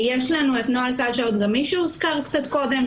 יש לנו את נוהל סל שעות גמיש שהוזכר קצת קודם,